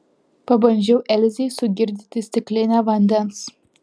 pabandžiau elzei sugirdyti stiklinę vandens